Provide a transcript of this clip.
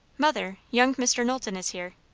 mother, young mr. knowlton is here.